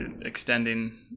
extending